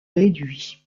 réduit